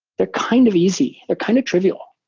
they're kind of easy. they're kind of trivial.